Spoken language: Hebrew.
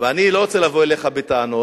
ואני לא רוצה לבוא אליך בטענות.